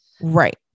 Right